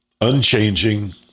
unchanging